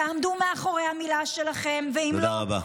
תעמדו מאחורי המילה שלכם, תודה רבה.